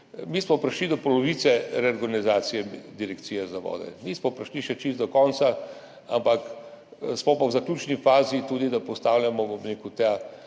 Mi smo prišli do polovice reorganizacije Direkcije za vode, nismo prišli še čisto do konca, smo pa v zaključni fazi, tudi da postavljamo, bom